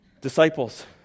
Disciples